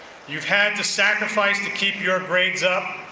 you've had to sacrifice to keep your grades up,